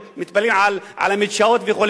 הם מתפללים על המדשאות וכו',